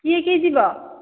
କିଏ କିଏ ଯିବ